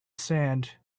sand